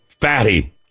fatty